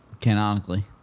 Canonically